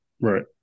Right